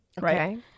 right